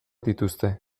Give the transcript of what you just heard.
dituzte